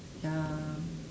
ya